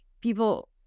people